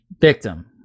Victim